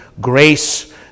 Grace